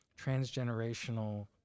transgenerational